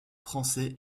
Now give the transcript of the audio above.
français